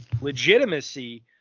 legitimacy